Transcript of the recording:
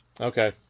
Okay